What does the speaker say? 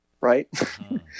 right